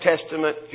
Testament